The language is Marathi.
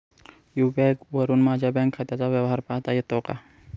यू.पी.आय वरुन माझ्या बँक खात्याचा व्यवहार पाहता येतो का?